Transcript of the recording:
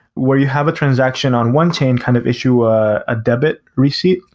where you have a transaction on one chain kind of issue ah a debit receipt.